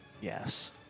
Yes